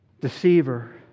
deceiver